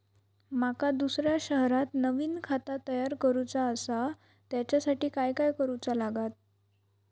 माका दुसऱ्या शहरात नवीन खाता तयार करूचा असा त्याच्यासाठी काय काय करू चा लागात?